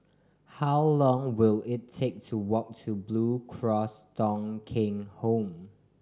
how long will it take to walk to Blue Cross Thong Kheng Home